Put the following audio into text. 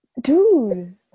dude